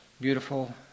Beautiful